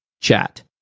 chat